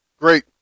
Great